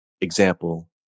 example